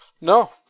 No